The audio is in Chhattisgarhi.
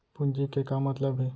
पूंजी के का मतलब हे?